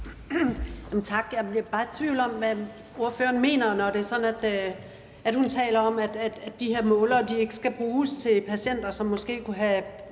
Tak. Jeg blev bare i tvivl om, hvad ordføreren mener, når hun taler om, at de her målere ikke skal bruges til patienter, som måske kunne have